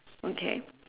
okay